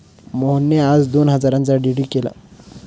मोहनने आज दोन हजारांचा डी.डी केला